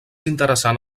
interessant